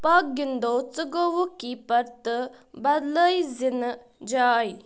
پکھ گِنٛدَو ژٕ گوٚوُکھ کیپر تہٕ بدلٲے زِ نہٕ جاے